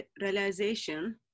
realization